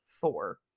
Thor